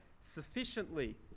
sufficiently